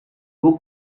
who